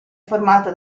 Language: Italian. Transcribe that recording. formata